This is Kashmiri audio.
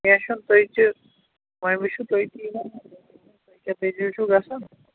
کیٚنٛہہ چھُنہٕ تُہۍ تہِ وۄنۍ وُچھِو تُہۍ تہِ کیٛاہ دٔلیٖل چھُو گژھان